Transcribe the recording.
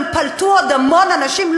הם פלטו עוד המון אנשים,